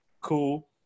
cool